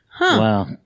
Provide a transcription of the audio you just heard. Wow